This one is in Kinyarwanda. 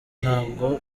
ntabwo